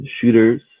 shooters